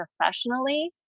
professionally